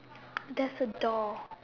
there's a door